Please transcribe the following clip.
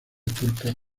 turca